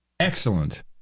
Excellent